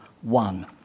one